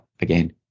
again